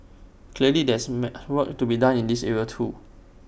clearly there is may work to be done in this area too